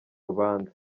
rubanza